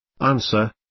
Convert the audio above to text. Answer